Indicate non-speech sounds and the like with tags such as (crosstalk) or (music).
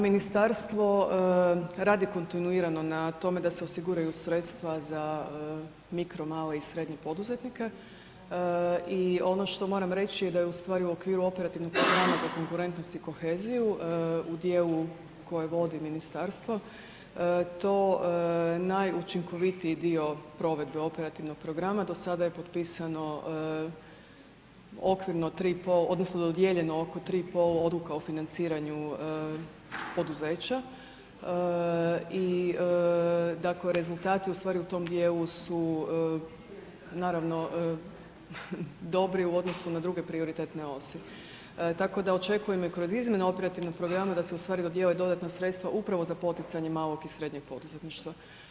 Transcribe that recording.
Ministarstvo radi kontinuirano na tome da se osiguraju sredstva za mikro, male i srednje poduzetnike i ono što moram reći da je u stvari u okviru operativnih programa za konkurentnost i koheziju u dijelu koje vodi ministarstvo to najučinkovitiji dio provedbe operativnog programa, do sada je potpisano okvirno 3,5 odnosno dodijeljeno oko 3,5 odluka o financiraju poduzeća i dakle rezultati u stvari u tom dijelu su naravno, dobri u odnosu na druge prioritetne ... (unintelligible) Tako da očekujem i kroz izmjene operativnog programa da se u stvari dodijele dodatna sredstva upravo za poticanje malog i srednjeg poduzetništva.